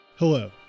Hello